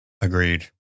Agreed